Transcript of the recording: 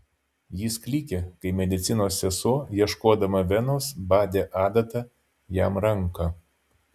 jis klykė kai medicinos sesuo ieškodama venos badė adata jam ranką